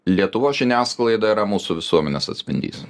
lietuvos žiniasklaida yra mūsų visuomenės atspindys